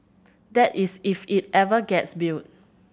that is if it ever gets built